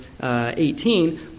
18